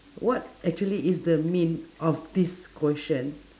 what actually is the mean of this question